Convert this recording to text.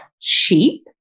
cheap